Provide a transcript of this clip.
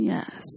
Yes